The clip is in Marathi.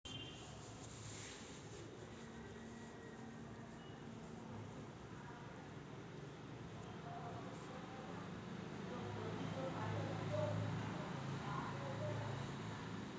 बिग फोर सल्लामसलत, बाजार संशोधन, आश्वासन आणि कायदेशीर सल्लागार देखील सेवा देतात